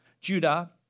Judah